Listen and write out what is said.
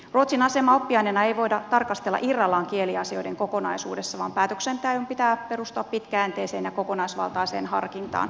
ruotsin asemaa oppiaineena ei voida tarkastella irrallaan kieliasioiden kokonaisuudessa vaan päätöksenteon pitää perustua pitkäjänteiseen ja kokonaisvaltaiseen harkintaan